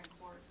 court